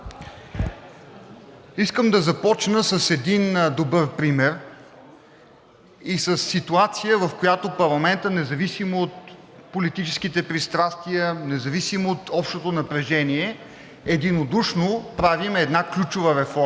Искам да започна с един добър пример и със ситуация, в която парламентът, независимо от политическите пристрастия, независимо от общото напрежение единодушно правим една ключова реформа,